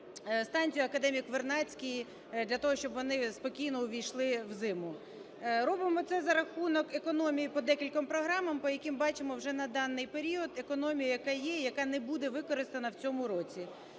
станцію "Академік Вернадський" для того, щоб вони спокійно увійшли в зиму. Робимо це за рахунок економії по декільком програмам, по яким бачимо, вже на даний період економія, яка є, яка не буде використана в цьому році.